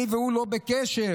אני והוא לא בקשר,